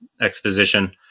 exposition